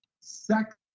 sex